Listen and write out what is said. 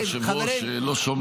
היושב-ראש, לא שומעים.